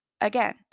Again